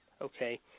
Okay